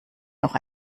noch